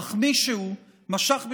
אך מישהו משך בשרוולי,